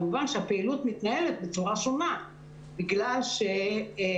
כמובן שהפעילות מתנהלת בצורה שונה כי חלק